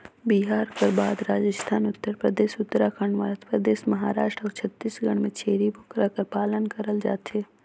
बिहार कर बाद राजिस्थान, उत्तर परदेस, उत्तराखंड, मध्यपरदेस, महारास्ट अउ छत्तीसगढ़ में छेरी बोकरा कर पालन करल जाथे